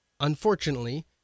unfortunately